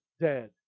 dead